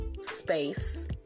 space